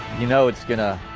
you know it's going to.